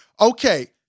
Okay